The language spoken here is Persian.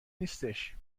نیستش